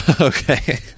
okay